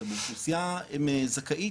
אתה באוכלוסייה זכאית